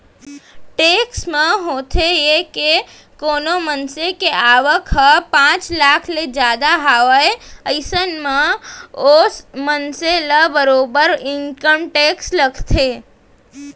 tax म होथे ये के कोनो मनसे के आवक ह पांच लाख ले जादा हावय अइसन म ओ मनसे ल बरोबर इनकम टेक्स लगथे